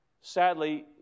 Sadly